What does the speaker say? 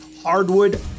hardwood